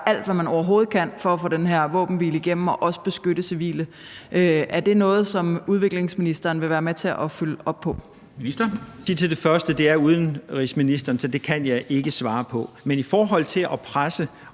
alt, hvad man overhovedet kan, for at få den her våbenhvile igennem og også beskytte civile. Er det noget, som udviklingsministeren vil være med til at følge op på? Kl. 14:04 Formanden (Henrik Dam Kristensen): Ministeren. Kl. 14:04 Ministeren